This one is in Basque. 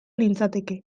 nintzateke